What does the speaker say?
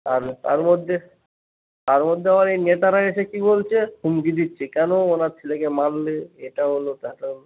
আর তার মধ্যে তার মধ্যে আবার এই নেতারা এসে কী বলছে হুমকি দিচ্ছে কেন ওনার ছেলেকে মারলে এটা হলো সেটা হলো